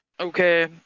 Okay